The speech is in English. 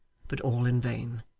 but all in vain.